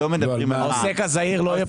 לא מדברים על מע"מ.